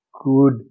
good